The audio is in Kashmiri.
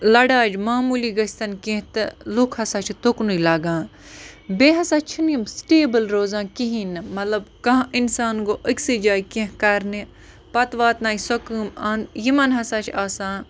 لَڑاج معموٗلی گٔژھۍتَن کیٚنٛہہ تہٕ لُکھ ہَسا چھِ تُکنُے لَگان بیٚیہِ ہَسا چھِنہٕ یِم سِٹیبٕل روزان کِہیٖنۍ نہٕ مطلب کانٛہہ اِنسان گوٚو أکۍسٕے جایہِ کیٚنٛہہ کَرنہِ پَتہٕ واتنایہِ سۄ کٲم اَن یِمَن ہَسا چھِ آسان